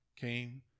came